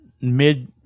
mid